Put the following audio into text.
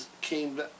came